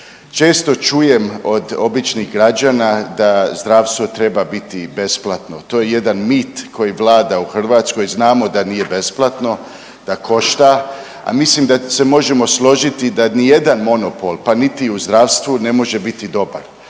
Često čujem od običnih građana da zdravstvo treba biti besplatno. To je jedan mit koji vlada u Hrvatskoj, znamo da nije besplatno, da košta, a mislim da se možemo složiti da nijedan monopol, pa niti u zdravstvu ne može biti dobar.